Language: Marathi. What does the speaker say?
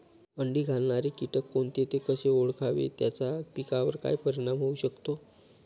अंडी घालणारे किटक कोणते, ते कसे ओळखावे त्याचा पिकावर काय परिणाम होऊ शकतो?